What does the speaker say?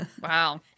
Wow